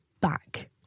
back